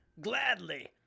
Gladly